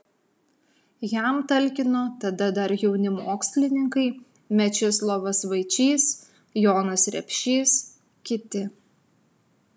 jam talkino tada dar jauni mokslininkai mečislovas vaičys jonas repšys kiti